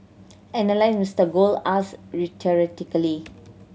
analyst Mister Gold asked rhetorically